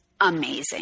amazing